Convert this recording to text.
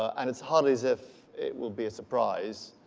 and it's hardly as if it will be a surprise.